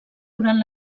durant